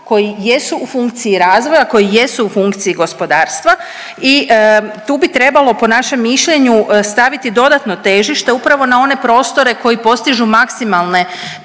koji jesu u funkciji razvoja, koji jesu u funkciji gospodarstva i tu bi trebalo po našem mišljenju staviti dodatno težište upravo na one prostore koji postižu maksimalne